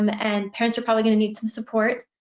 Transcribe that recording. um and parents are probably gonna need some support.